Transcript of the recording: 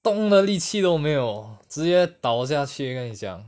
动的力气都没有直接倒去跟你讲